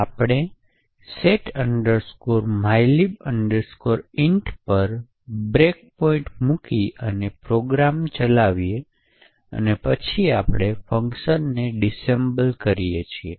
આપણે set mylib int પર breakpoint મૂકી અને પ્રોગ્રામ ચલાવીએ અને પછી આપણે ફંક્શનને ડિસએસેમ્બલ કરીએ છીએ